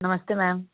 नमस्ते मैम